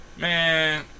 man